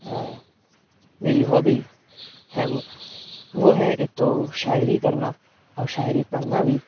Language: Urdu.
میری ہابی ہے وہ وہ ہیں ایک تو شاعری کرنا اور شاعری پڑھنا بھی